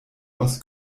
aus